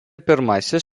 pirmasis